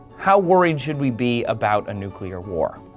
how worried should we be about a nuclear war?